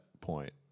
point